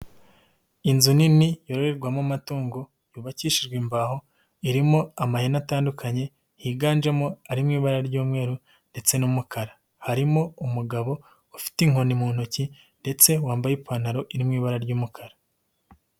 Inzu nini yororerwamo amatungo yubakishijwe imbaho, irimo amahene atandukanye higanjemo ari mu ibara ry'umweru ndetse n'umukara. Harimo umugabo ufite inkoni mu ntoki, ndetse wambaye ipantaro iri mu ibara ry'umukara.